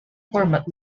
format